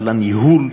על הניהול,